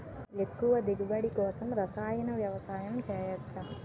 ఎక్కువ దిగుబడి కోసం రసాయన వ్యవసాయం చేయచ్చ?